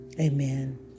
amen